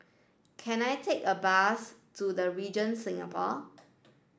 can I take a bus to The Regent Singapore